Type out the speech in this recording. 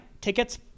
tickets